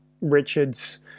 Richard's